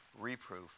reproof